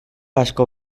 asko